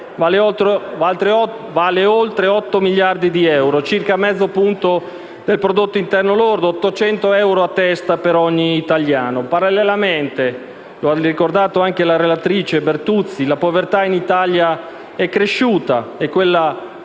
vale oltre 8 miliardi di euro, circa mezzo punto di prodotto interno lordo, pari a 800 euro a testa per ogni italiano. Parallelamente, come ha ricordato la relatrice, senatrice Bertuzzi, la povertà in Italia è cresciuta, tanto